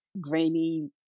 grainy